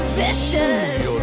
vicious